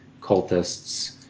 cultists